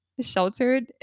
sheltered